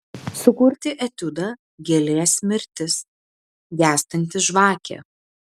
sukurti etiudą gėlės mirtis gęstanti žvakė